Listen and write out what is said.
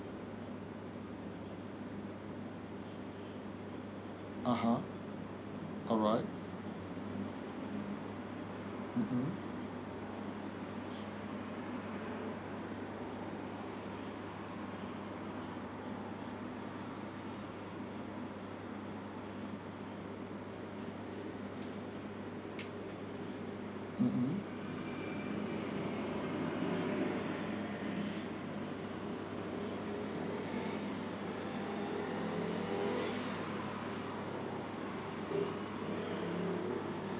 a'ah alright mmhmm mmhmm